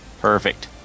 Perfect